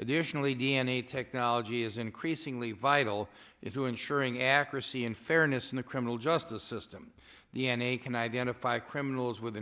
additionally d n a technology is increasingly vital to ensuring accuracy and fairness in the criminal justice system d n a can identify criminals with